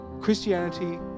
Christianity